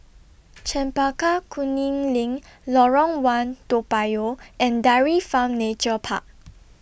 Chempaka Kuning LINK Lorong one Toa Payoh and Dairy Farm Nature Park